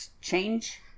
change